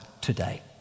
today